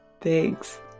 Thanks